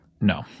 No